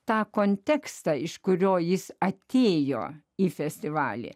tą kontekstą iš kurio jis atėjo į festivalį